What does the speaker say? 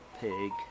pig